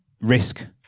risk